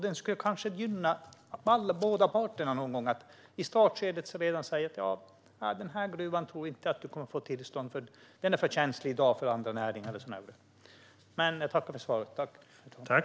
Det skulle kanske gynna båda parter att man redan i startskedet kan säga: Nej, den här gruvan tror jag inte att du kommer att få tillstånd för. Den är i dag för känslig för andra näringar.